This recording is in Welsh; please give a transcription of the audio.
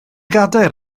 gadair